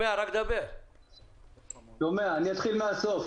אני אתחיל מהסוף.